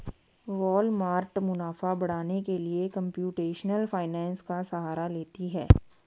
Walmart मुनाफा बढ़ाने के लिए कंप्यूटेशनल फाइनेंस का सहारा लेती है